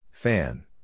Fan